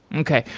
okay.